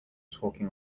talking